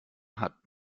hat